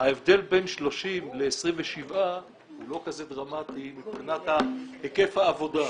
ההבדל בין 30 ל-27 הוא לא כזה דרמטי מבחינת היקף העבודה.